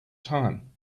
time